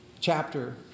chapter